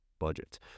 budget